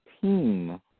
team